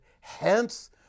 Hence